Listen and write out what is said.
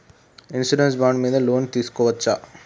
Insurance bond మీద loan తీస్కొవచ్చా?